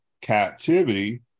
captivity